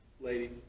lady